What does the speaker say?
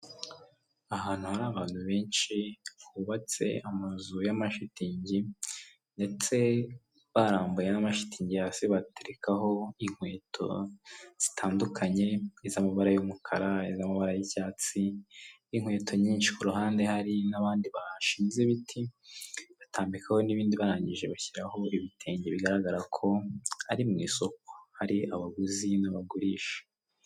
Ahantu hari abantu benshi hubatse amazu yamashitingi ndetse barambuye n'amashitingi hasi baterekaho inkweto zitandukanye nk'izamabara y'umukara izamabara y'icyatsi n'inkweto nyinshi ku ruhande hari n'abandi bashinze ibiti barambikaho n'ibindi barangije bashyiraho ibitenge bigaragara ko ari mu isoko hari abaguzi n'abagurisha .